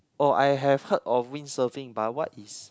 oh I have heard of windsurfing but what is